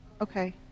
Okay